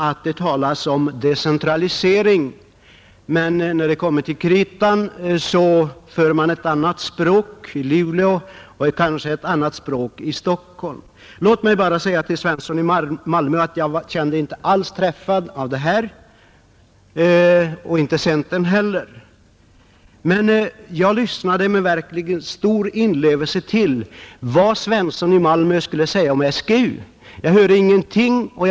att det talas om decentralisering men när det kommer till kritan för men ett språk i Luleå och kanske ett annat språk i Stockholm, Låt mig bara till herr Svensson i Malmö säga att jag inte alls kände mig träffad av det; det gjorde inte övriga centerpartister heller. Jag lyssnade med stort intresse för att få höra vad herr Svensson i Malmö skulle säga om SGU. Jag hörde ingenting om det.